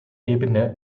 ebene